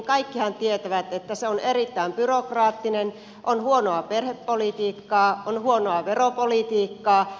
kaikkihan tietävät että se on erittäin byrokraattista se on huonoa perhepolitiikkaa on huonoa veropolitiikkaa